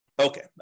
Okay